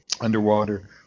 underwater